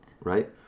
right